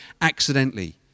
accidentally